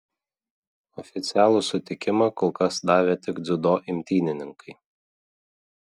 oficialų sutikimą kol kas davė tik dziudo imtynininkai